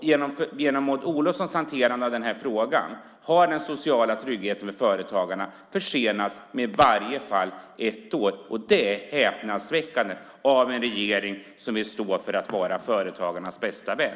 Genom Maud Olofssons hanterande av denna fråga har den sociala tryggheten för företagarna försenats med i varje fall ett år, och det är häpnadsväckande av en regering som vill stå för att vara företagarnas bästa vän.